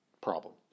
problem